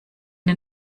den